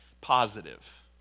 positive